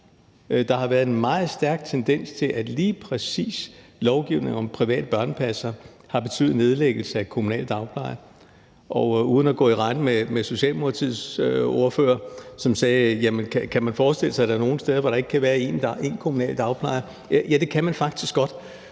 Der har været en meget stærk tendens til, at lige præcis lovgivningen om private børnepassere har betydet nedlæggelse af kommunale dagplejere. Socialdemokratiets ordfører sagde: Jamen kan man forestille sig, at der er nogle steder, hvor der ikke kan være en kommunal dagpleje? Uden at gå i rette